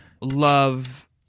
love